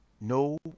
no